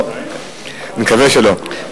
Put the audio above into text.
אני מקווה שלא.